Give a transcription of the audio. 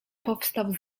powstał